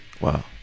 Wow